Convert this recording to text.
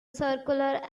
circular